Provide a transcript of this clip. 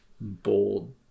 bold